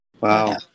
Wow